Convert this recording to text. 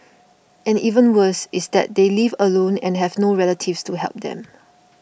and even worse is that they live alone and have no relatives to help them